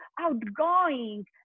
outgoing